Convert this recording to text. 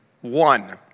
one